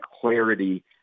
clarity